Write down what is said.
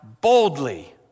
boldly